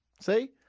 see